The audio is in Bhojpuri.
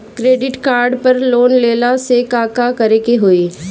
क्रेडिट कार्ड पर लोन लेला से का का करे क होइ?